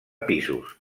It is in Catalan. pisos